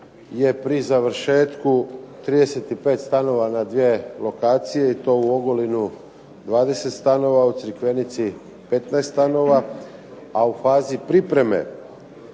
je pri završetku 35 stanova na dvije lokacije i to u Ogulinu 20 stanova, u Crikvenici 15 stanova, a u fazi pripreme